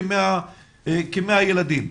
כ-100 ילדים.